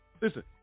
listen